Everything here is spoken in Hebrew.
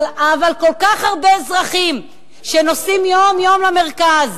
אבל כל כך הרבה אזרחים שנוסעים יום-יום למרכז,